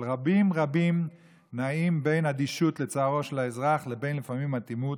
אבל רבים רבים נעים בין אדישות לצערו של האזרח לבין אטימות,